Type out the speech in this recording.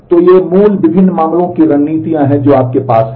तो ये मूल विभिन्न मामलों की रणनीतियाँ हैं जो आपके पास हैं